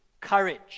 courage